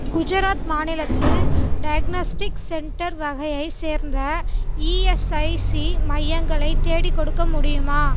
குஜராத் மாநிலத்தில் diagnostics centre வகையை சேர்ந்த இஎஸ்ஐசி மையங்களை தேடி கொடுக்க முடியுமா